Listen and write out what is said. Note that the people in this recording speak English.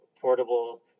portable